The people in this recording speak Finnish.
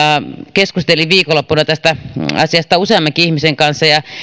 keskustelin viikonloppuna tästä asiasta useammankin ihmisen kanssa ja